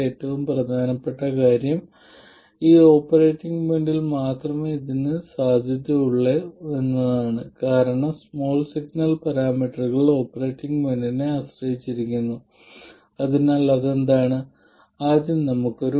അതുപോലെ ഈ കർവിൽ ഓപ്പറേറ്റിംഗ് പോയിന്റിൽ y21 ∂ f2 ∂ V1 ആണെന്ന് നമുക്കറിയാം